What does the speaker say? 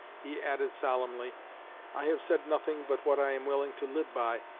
he added solemnly i have said nothing but what i am willing to live by,